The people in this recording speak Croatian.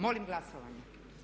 Molim glasovanje.